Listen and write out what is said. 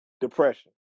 Depression